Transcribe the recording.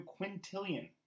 quintillion